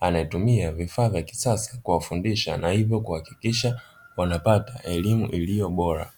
anayetumia vifaa vya kisasa kuwafundisha na hivyo kuhakikisha wanapata elimu iliyo bora.